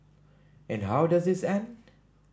and how does this end